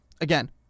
Again